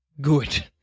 Good